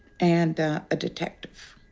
and a detective.